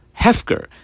Hefker